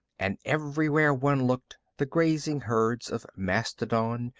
and everywhere one looked, the grazing herds of mastodon,